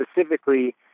specifically